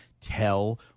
tell